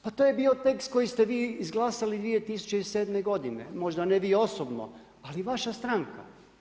Pa to je bio tekst koji ste vi izglasali 2007. godine, možda ne vi osobno ali vaša stranka.